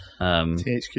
THQ